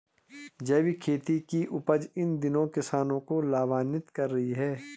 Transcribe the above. जैविक खेती की उपज इन दिनों किसानों को लाभान्वित कर रही है